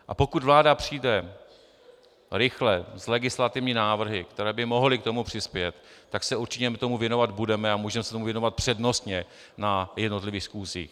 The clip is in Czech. A pokud vláda přijde rychle s legislativními návrhy, které by mohly k tomu přispět, tak se určitě tomu věnovat budeme a můžeme se tomu věnovat přednostně na jednotlivých schůzích.